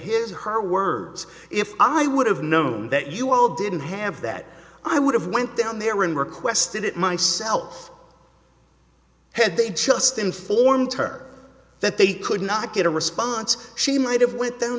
his her words if i would have known that you all didn't have that i would have went down there and requested it myself had they just informed her that they could not get a response she might have went down